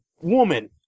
woman